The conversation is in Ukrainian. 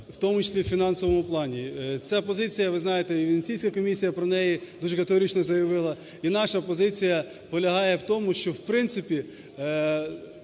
в тому числі у фінансовому плані. Ця позиція, ви знаєте, і Венеціанська комісія про неї дуже категорично заявила. І наша позиція полягає в тому, що в принципі